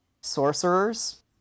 sorcerers